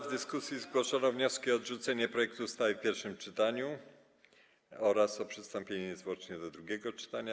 W dyskusji zgłoszono wnioski o odrzucenie projektu ustawy w pierwszym czytaniu oraz o przystąpienie niezwłocznie do drugiego czytania.